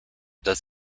does